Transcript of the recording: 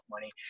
money